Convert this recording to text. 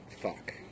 fuck